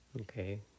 okay